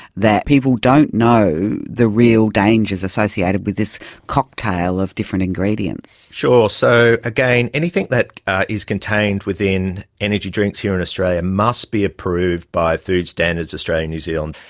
that people don't know the real dangers associated with this cocktail of different ingredients. sure. so again, anything that is contained within energy drinks here in australia must be approved by food standards australia and new zealand,